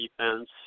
defense